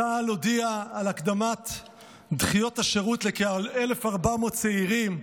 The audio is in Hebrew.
צה"ל הודיע על קיצור דחיות השירות לכ-1,400 צעירים,